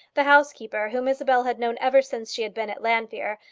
the housekeeper, whom isabel had known ever since she had been at llanfeare,